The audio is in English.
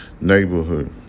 neighborhood